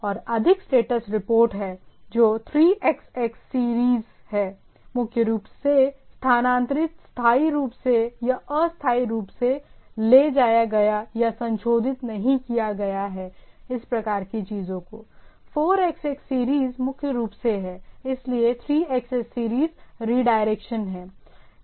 और अधिक status report हैं जो 3xx सीरीज हैं मुख्य रूप से स्थानांतरित स्थायी रूप से या अस्थायी रूप से ले जाया गया या संशोधित नहीं किया गया है इस प्रकार की चीजों को 4xx सीरीज मुख्य रूप से हैं इसलिए 3xx सीरीज रीडायरेक्शन हैं